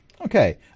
Okay